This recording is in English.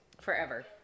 Forever